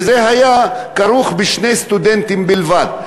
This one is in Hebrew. וזה היה כרוך בשני סטודנטים בלבד.